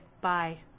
Bye